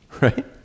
right